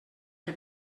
que